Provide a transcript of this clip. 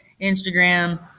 Instagram